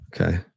Okay